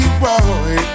boy